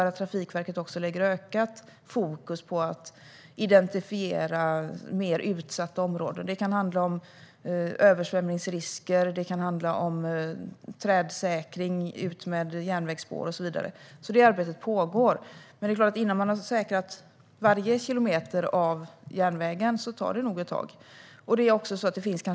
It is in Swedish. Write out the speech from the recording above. Trafikverket lägger därför ökat fokus på att identifiera mer utsatta områden. Det kan till exempel handla om översvämningsrisker eller trädsäkring utmed järnvägsspår. Detta arbete pågår, men det kommer förstås att ta ett tag innan man har säkrat varje kilometer av järnvägen.